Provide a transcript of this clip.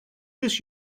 this